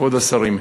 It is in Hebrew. כבוד השרים,